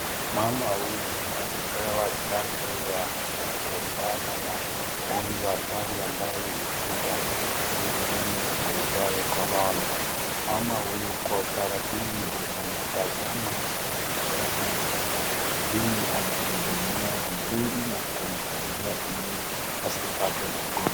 Mama huyu anapewa chanjo ya kukumbana na ugonjwa hatari ambayo ilikuja duniani huitwaye korona. Mama huyu kwa utaratibu anatazama akiona mhudumu anamhudumia vizuri na kumsaidia ili asipatwe na ugonjwa.